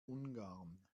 ungarn